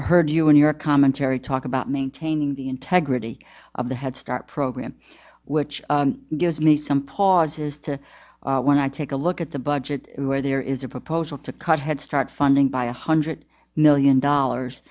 heard you in your commentary talk about maintaining the integrity of the head start program which gives me some pause is to when i take a look at the budget where there is a proposal to cut head start funding by a hundred million dollars